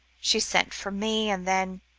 she sent for me and then